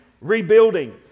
rebuilding